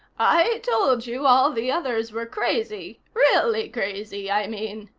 i told you all the others were crazy really crazy, i mean.